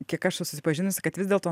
kiek aš esu susipažinusi kad vis dėlto